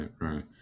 right